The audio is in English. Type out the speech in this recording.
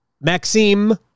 Maxime